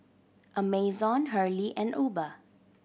Amazon Hurley and Uber